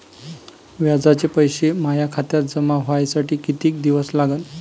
व्याजाचे पैसे माया खात्यात जमा व्हासाठी कितीक दिवस लागन?